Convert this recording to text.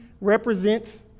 represents